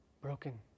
Broken